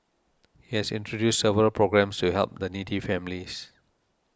he has introduced several programmes to help the needy families